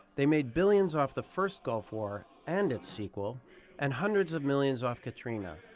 they made billions off the first gulf war and its sequel and hundreds of millions off katrina,